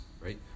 right